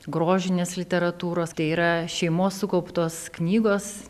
grožinės literatūros tai yra šeimos sukauptos knygos